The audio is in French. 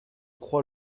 crois